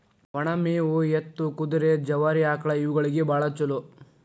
ಒನ ಮೇವು ಎತ್ತು, ಕುದುರೆ, ಜವಾರಿ ಆಕ್ಳಾ ಇವುಗಳಿಗೆ ಬಾಳ ಚುಲೋ